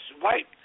white